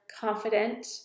confident